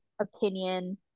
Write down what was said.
opinion